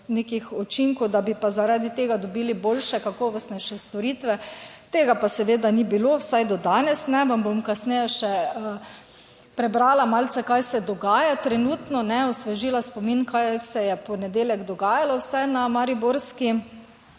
nekih učinkov, da bi pa zaradi tega dobili boljše, kakovostnejše storitve, tega pa seveda ni bilo, vsaj do danes ne. Vam bom kasneje še prebrala malce, kaj se dogaja trenutno, osvežila spomin, kaj se je v ponedeljek dogajalo vsaj na mariborski